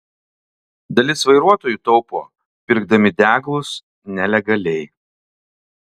dalis vairuotojų taupo pirkdami degalus nelegaliai